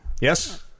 Yes